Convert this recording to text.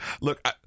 Look